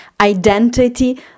identity